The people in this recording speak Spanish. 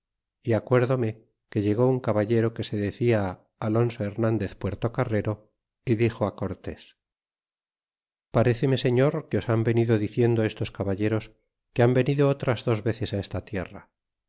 y actiérdome que llegó un caballero que se decia alonso hernandez puertocarrero y dixo á cortés paréceme señor que os han venido diciendo estos caballeros que han venido otras dos veces á esta tierra